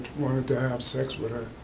wanted to have sex with her.